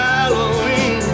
Halloween